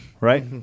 right